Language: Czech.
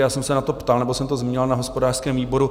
Já jsem se na to ptal nebo jsem to zmínil na hospodářském výboru.